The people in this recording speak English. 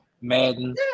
Madden